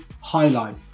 highlight